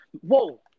Whoa